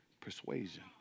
persuasion